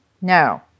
No